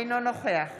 אינו נוכח